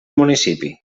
municipi